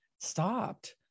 stopped